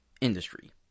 industry